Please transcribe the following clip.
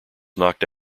knocked